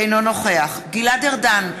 אינו נוכח גלעד ארדן,